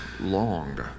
long